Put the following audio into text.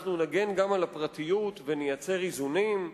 אנחנו נגן גם על הפרטיות, ונייצר איזונים,